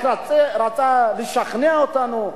הוא רק רצה לשכנע אותנו,